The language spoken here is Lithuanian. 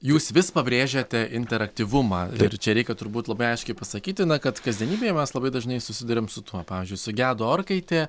jūs vis pabrėžiate interaktyvumą ir čia reikia turbūt labai aiškiai pasakyti na kad kasdienybėje mes labai dažnai susiduriam su tuo pavyzdžiui sugedo orkaitė